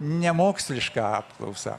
nemokslišką apklausą